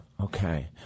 Okay